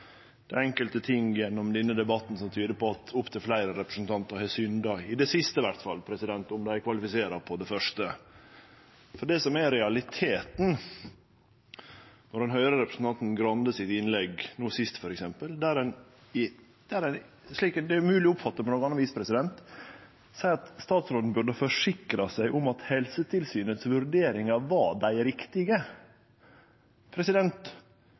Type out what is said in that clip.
Det er enkelte ting gjennom denne debatten som tyder på at opptil fleire representantar i alle fall har synda mot det siste, om dei kvalifiserer for det første. Det som er realiteten når ein høyrer innlegget til representanten Grande, no sist f.eks., der han seier, og det er umogleg å oppfatte det på noko anna vis, at statsråden burde ha forsikra seg om at vurderingane frå Helsetilsynet var dei riktige,